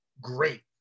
great